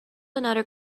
another